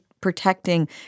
protecting